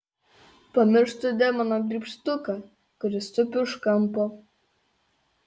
pamirštu demoną graibštuką kuris tupi už kampo